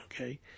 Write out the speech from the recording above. okay